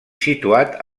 situat